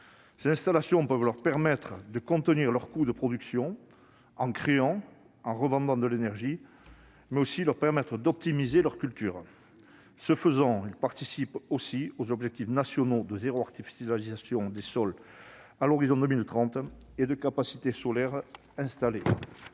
Ces installations permettent à ces derniers de contenir leurs coûts de production, en créant et en revendant de l'énergie, mais également d'optimiser leurs cultures. Ce faisant, elles contribuent aussi aux objectifs nationaux de zéro artificialisation des sols à l'horizon de 2030 et de capacités solaires installées